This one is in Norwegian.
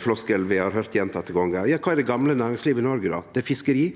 floskel vi har høyrt gjentekne gonger. Ja, kva er då det gamle næringslivet i Noreg? Det er fiskeri,